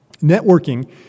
Networking